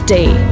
Day